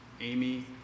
Amy